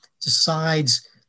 decides